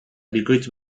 bikoitz